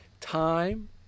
time